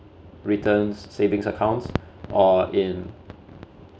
returns savings accounts or in